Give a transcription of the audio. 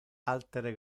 altere